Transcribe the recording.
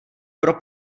pro